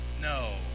No